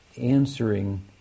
answering